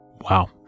Wow